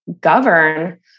govern